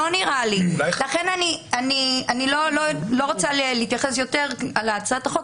אני לא רוצה להתייחס יותר להצעת החוק,